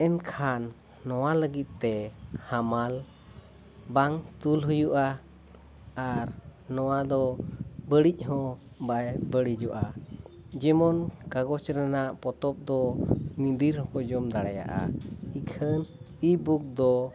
ᱮᱱᱠᱷᱟᱱ ᱱᱚᱣᱟ ᱞᱟᱹᱜᱤᱫᱼᱛᱮ ᱦᱟᱢᱟᱞ ᱵᱟᱝ ᱛᱩᱞ ᱦᱩᱭᱩᱜᱼᱟ ᱟᱨ ᱱᱚᱣᱟ ᱫᱚ ᱵᱟᱹᱲᱤᱡ ᱦᱚᱸ ᱵᱟᱭ ᱵᱟᱹᱲᱤᱡᱚᱜᱼᱟ ᱡᱮᱢᱚᱱ ᱠᱟᱜᱚᱡᱽ ᱨᱮᱱᱟᱜ ᱯᱚᱛᱚᱵ ᱫᱚ ᱧᱤᱫᱤᱨ ᱦᱚᱸᱠᱚ ᱡᱚᱢ ᱫᱟᱲᱮᱭᱟᱜᱼᱟ ᱤᱠᱷᱟᱹᱱ ᱤᱼᱵᱩᱠ ᱫᱚ